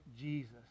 Jesus